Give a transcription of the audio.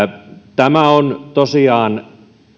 tämä on tosiaan